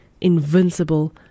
invincible